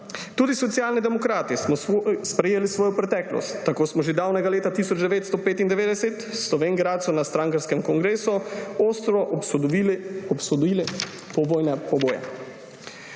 Tudi Socialni demokrati smo sprejeli svojo preteklost. Tako smo že davnega leta 1995 v Slovenj Gradcu na strankarskem kongresu ostro obsodili povojne poboje.